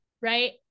right